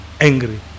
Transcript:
angry